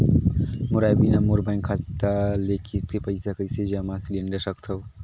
मोर आय बिना मोर बैंक खाता ले किस्त के पईसा कइसे जमा सिलेंडर सकथव?